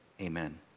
Amen